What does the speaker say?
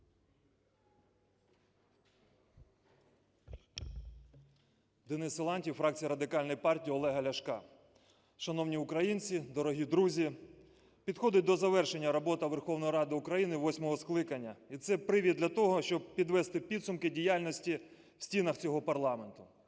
Денис Силантьєв, фракція Радикальної партії Олега Ляшка. Шановні українці, дорогі друзі! Підходить до завершення робота Верховної Ради України восьмого скликання, і це привід для того, щоб підвести підсумки діяльності в стінах цього парламенту.